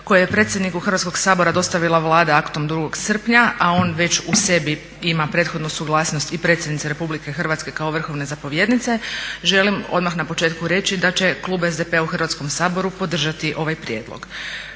koju je predsjedniku Hrvatskog sabora dostavila Vlada aktom 2. srpnja, a on već u sebi ima prethodnu suglasnost i predsjednice Republike Hrvatske kao vrhovne zapovjednice, želim odmah na početku reći da će klub SDP-a u Hrvatskom saboru podržati ovaj prijedlog.